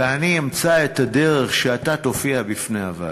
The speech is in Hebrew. ואני אמצא את הדרך שאתה תופיע בפני הוועדה.